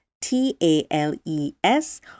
T-A-L-E-S